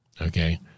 Okay